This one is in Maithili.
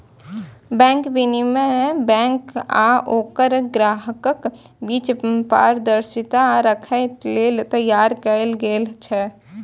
बैंक विनियमन बैंक आ ओकर ग्राहकक बीच पारदर्शिता राखै लेल तैयार कैल गेल छै